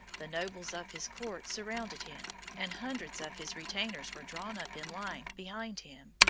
the nobles of his court surrounded him, and hundreds of his retainers were drawn up in line behind him.